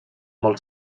molt